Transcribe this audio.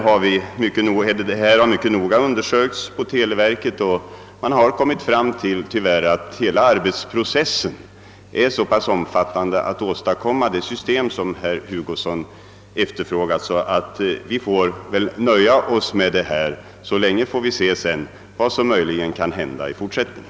Problemet har mycket noga undersökts inom televerket, och man har tyvärr funnit att arbetsprocessen för att åstadkomma det system som herr Hugosson efterfrågar är mycket omfattande. Därför får vi väl nöja oss med den föreslagna förteckningen så länge. Sedan får vi se vad som möjligen kan hända i fortsättningen.